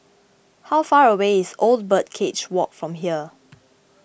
how far away is Old Birdcage Walk from here